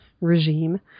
regime